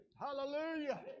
Hallelujah